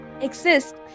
exist